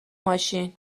ماشین